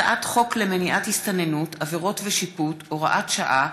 הצעת חוק למניעת הסתננות (עבירות ושיפוט) (הוראת שעה),